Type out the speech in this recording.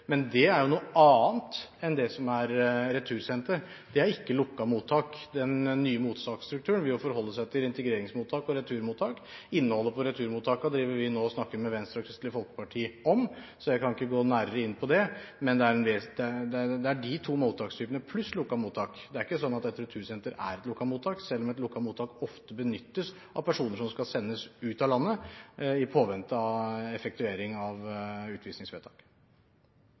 Men det er noe annet enn det som er retursentre. De er ikke lukkede mottak. Den nye mottaksstrukturen vil forholde seg til integreringsmottak og returmottak. Innholdet i returmottakene snakker vi nå med Venstre og Kristelig Folkeparti om, så jeg kan ikke gå nærmere inn på det, men det er de to mottakstypene pluss lukkede mottak. Det er ikke sånn at et retursenter er et lukket mottak, selv om et lukket mottak ofte benyttes av personer som skal sendes ut av landet, i påvente av effektuering av utvisningsvedtak.